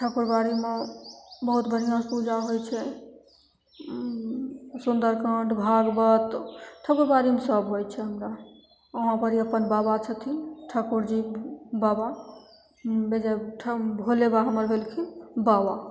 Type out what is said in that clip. ठकुरबाड़ीमे बहुत बढ़िआँसे पूजा होइ छै सुन्दरकाण्ड भागवत ठकुरबाड़ीमे सब होइ छै हमरा उहाँपर ही अपन बाबा छथिन ठाकुरजी बाबा बे जाहि ठाम भोले बाबा हमर भेलखिन बाबा